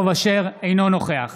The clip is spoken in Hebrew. אינו נוכח